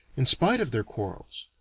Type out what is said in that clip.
in spite of their quarrels.